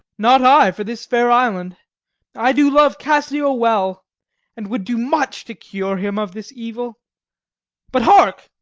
not i, for this fair island i do love cassio well and would do much to cure him of this evil but, hark!